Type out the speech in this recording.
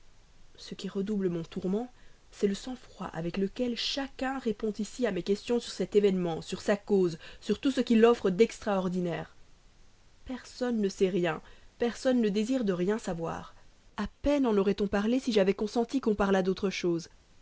ce qui redouble mon tourment c'est le sang-froid avec lequel chacun répond à mes questions sur cet événement sur sa cause sur tout ce qu'il offre d'extraordinaire personne ne sait rien personne ne désire de rien savoir à peine en aurait-on parlé si j'avais consenti qu'on parlât d'autre chose